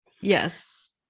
yes